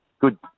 good